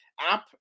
app